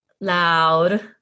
loud